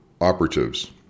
operatives